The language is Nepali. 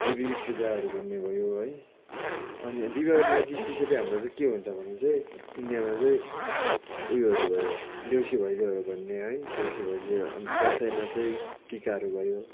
देवी पूजाहरू भन्ने भयो है अनि दिपावलीमा चाहिँ स्पेसियली चाहिँ हाम्रो चाहिँ के हुन्छ भने चाहिँ इन्डियामा चाहिँ उयोहरू भयो देउसी भैलोहरू भन्ने है देउसी भैलो अन्त दसैँमा चाहिँ टिकाहरू भयो